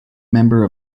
member